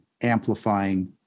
amplifying